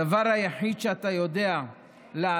הדבר היחיד שאתה יודע לעשות,